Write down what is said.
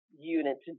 Units